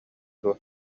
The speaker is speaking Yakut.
дуо